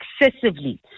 excessively